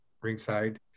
ringside